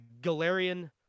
Galarian